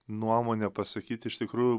nuomonę pasakyt iš tikrųjų